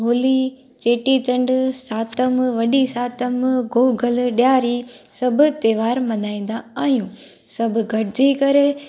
होली चेटीचंड सातम वॾी सातम गोगल ॾियारी सभु त्योहार मल्हाईंदा आहियूं सभु गॾिजी करे